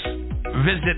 visit